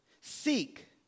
Seek